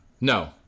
No